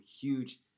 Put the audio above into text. huge